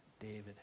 David